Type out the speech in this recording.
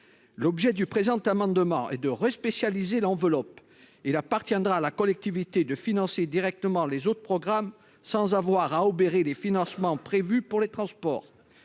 l'objet du présent amendement et de respect chez Alizée, l'enveloppe, il appartiendra à la collectivité de financer directement les autres programmes sans avoir à obérer les financements prévus pour les transports,